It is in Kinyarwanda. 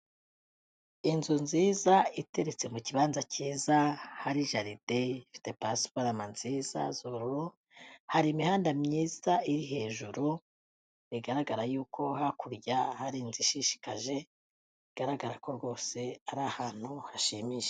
Inzu nziza iteretse mu kibanza cyiza, hari jaride ifite pasiparume nziza z'ubururu, hari imihanda myiza iri hejuru, bigaragara yuko hakurya hari inzu ishishikaje, bigaragara ko rwose ari ahantu hashimisha.